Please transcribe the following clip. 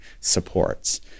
supports